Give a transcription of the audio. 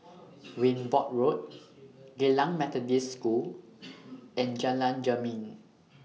Wimborne Road Geylang Methodist School and Jalan Jermin